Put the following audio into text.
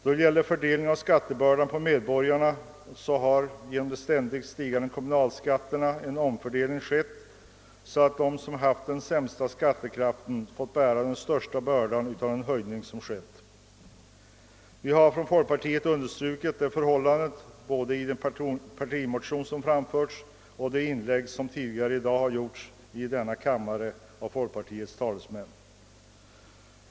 Då det gäller fördelning av skattebördan på medborgarna har till följd av de ständigt stigande kommunalskatterna en omfördelning skett på så sätt att de som har haft den sämsta skattekraften har fått bära den största bördan. Från folkpartihåll har vi understrukit detta både i den partimotion som väckts och i de inlägg som här gjorts tidigare i dag av folkpartiets talesmän.